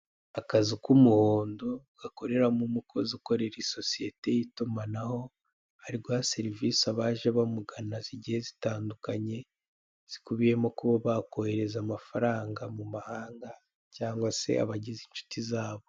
Akazu k'umuhondo gakoreramo umukozi ukorera isosiyete y'itumanaho, ariguha serivise abaje bamugana zigiye zitandukanye zikubiyemo kuba bakohereza amafaranga mumahanga, cyangwa se abagize inshuti zabo.